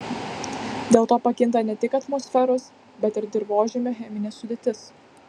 dėl to pakinta ne tik atmosferos bet ir dirvožemio cheminė sudėtis